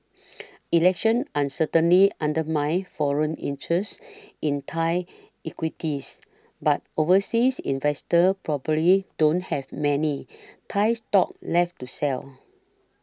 election uncertainly undermines foreign interest in Thai equities but overseas investors probably don't have many Thai stocks left to sell